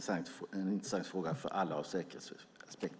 Det är en intressant fråga för alla ur en säkerhetsaspekt.